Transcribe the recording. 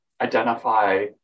identify